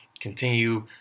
Continue